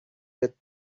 that